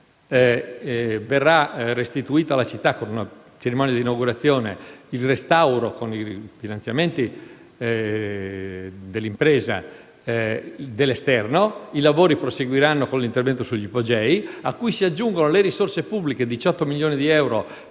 verrà restituito alla città, con una cerimonia di inaugurazione, il restauro dell'esterno, grazie ai finanziamenti dell'impresa. I lavori proseguiranno con l'intervento sugli ipogei, a cui si aggiungono le risorse pubbliche - pari a 18 milioni di euro